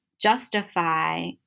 justify